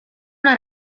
una